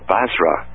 Basra